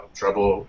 trouble